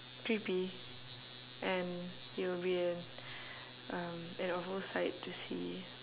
creepy and it would be an um an awful sight to see